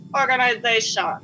organization